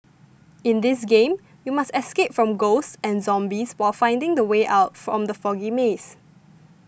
in this game you must escape from ghosts and zombies while finding the way out from the foggy maze